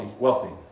Wealthy